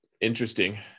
interesting